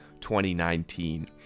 2019